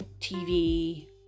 TV